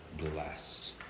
Blessed